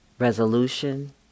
resolution